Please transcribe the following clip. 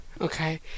Okay